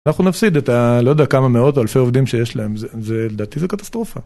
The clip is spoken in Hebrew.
אנחנו נפסיד את ה... לא יודע, כמה מאות אלפי עובדים שיש להם, זה... לדעתי זה קטסטרופה.